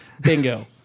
Bingo